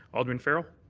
alderman farrell?